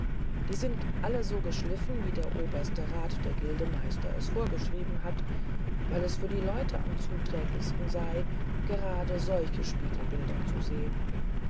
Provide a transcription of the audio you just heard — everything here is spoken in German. sie sind alle so geschliffen wie der oberste rat der gildemeister es vorgeschrieben hat weil es für die leute am zuträglichsten sei gerade solche spiegelbilder zu sehen